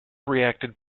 reacted